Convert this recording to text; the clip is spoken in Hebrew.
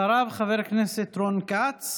אחריו, חבר הכנסת רון כץ.